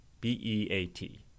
BEAT